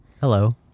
Hello